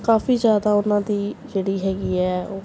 ਕਾਫ਼ੀ ਜ਼ਿਆਦਾ ਉਨ੍ਹਾਂ ਦੀ ਜਿਹੜੀ ਹੈਗੀ ਹੈ ਉਹ